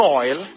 oil